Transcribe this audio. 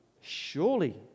surely